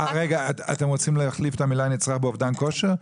אתם רוצים להחליף את המילה נצרך באובדן כושר?